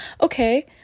okay